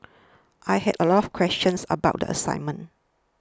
I had a lot of questions about the assignment